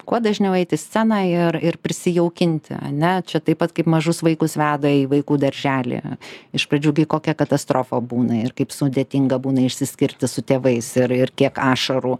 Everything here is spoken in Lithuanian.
kuo dažniau eit į sceną ir ir prisijaukinti ane čia taip pat kaip mažus vaikus veda į vaikų darželį iš pradžių bei kokia katastrofa būna ir kaip sudėtinga būna išsiskirti su tėvais ir ir kiek ašarų